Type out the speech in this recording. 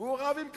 והוא רב עם קדימה: